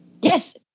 Yes